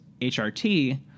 HRT